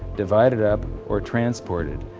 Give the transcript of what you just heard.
divided up or transported.